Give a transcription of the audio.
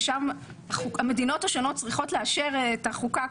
ששם המדינות השונות צריכות לאשר את החוקה,